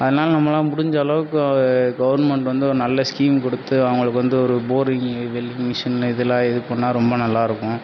அதனால நம்மளால் முடிஞ்ச அளவுக்கு கவர்மண்ட் வந்து ஒரு நல்ல ஸ்கீம் கொடுத்து அவங்களுக்கு வந்து ஒரு போரிங்கு வெல் மிஷின் இதெல்லாம் இதுப் பண்ணிணா ரொம்ப நல்லாயிருக்கும்